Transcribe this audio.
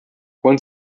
one